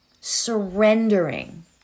Surrendering